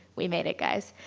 we made it, guys.